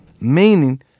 Meaning